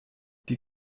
die